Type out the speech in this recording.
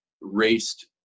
raced